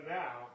now